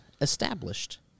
established